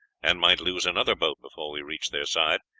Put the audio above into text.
and might lose another boat before we reached their side.